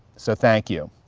so thank you.